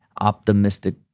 optimistic